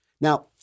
Now